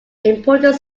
important